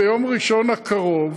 ביום ראשון הקרוב